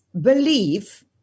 believe